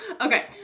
Okay